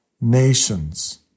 nations